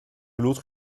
l’autre